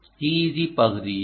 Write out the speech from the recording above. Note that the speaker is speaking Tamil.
TEG பகுதியும்